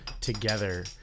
together